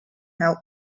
help